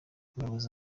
umuyobozi